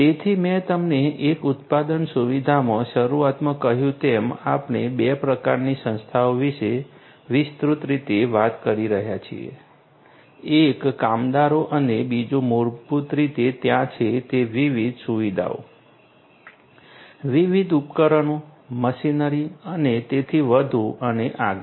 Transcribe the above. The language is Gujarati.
તેથી મેં તમને એક ઉત્પાદન સુવિધામાં શરૂઆતમાં કહ્યું તેમ આપણે 2 પ્રકારની સંસ્થાઓ વિશે વિસ્તૃત રીતે વાત કરી રહ્યા છીએ એક કામદારો અને બીજું મૂળભૂત રીતે ત્યાં છે તે વિવિધ સુવિધાઓ વિવિધ ઉપકરણો મશીનરી અને તેથી વધુ અને આગળ